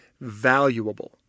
valuable